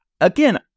again